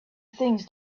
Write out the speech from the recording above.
things